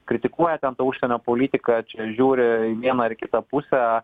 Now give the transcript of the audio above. kritikuoja ten užsienio politiką čia žiūri į vieną ar į kitą pusę